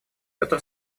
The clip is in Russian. петр